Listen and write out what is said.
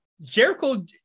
Jericho